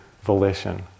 volition